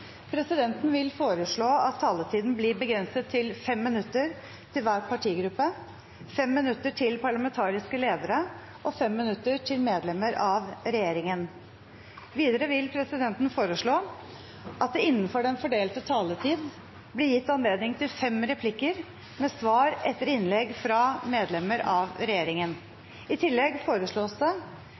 presidenten foreslå at taletiden blir begrenset til 5 minutter til hver partigruppe, 5 minutter til parlamentariske ledere og 5 minutter til medlemmer av regjeringen. Videre vil presidenten foreslå at det – innenfor den fordelte taletid – blir gitt anledning til fem replikker med svar etter innlegg fra medlemmer av regjeringen. I tillegg foreslås det